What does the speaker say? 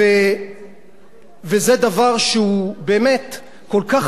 וזה דבר שהוא, באמת, כל כך מקומם,